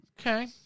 Okay